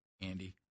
Andy